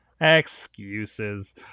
Excuses